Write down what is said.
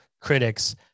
critics